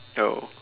oh